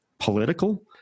Political